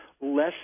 less